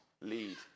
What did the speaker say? lead